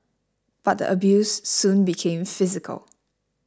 but the abuse soon became physical